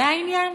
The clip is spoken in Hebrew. זה העניין?